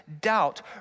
doubt